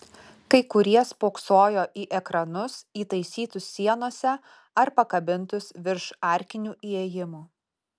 kai kurie spoksojo į ekranus įtaisytus sienose ar pakabintus virš arkinių įėjimų